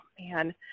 man